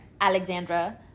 Alexandra